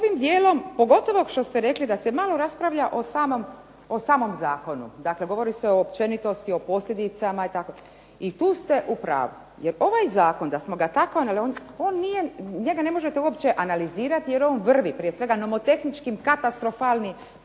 ovim dijelom pogotovo što ste rekli da se malo raspravlja o samom zakonu, dakle govori se o općenitosti, o posljedicama i tako i tu ste u pravu jer ovaj zakon, da smo ga … /Govornica se ne razumije./… ali on nije, njega ne možete uopće analizirati jer on vrvi prije svega nomotehnički katastrofalno